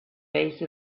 base